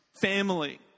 family